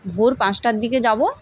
ভোর পাঁচটার দিকে যাব